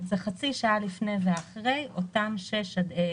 זה חצי שעה לפני או אחרי אותן שעות גודש,